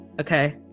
okay